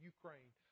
Ukraine